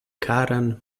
karan